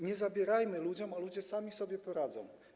Nie zabierajmy ludziom, a ludzie sami sobie poradzą.